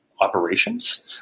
operations